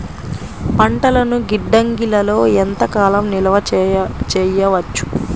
పంటలను గిడ్డంగిలలో ఎంత కాలం నిలవ చెయ్యవచ్చు?